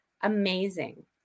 amazing